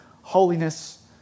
holiness